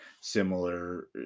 similar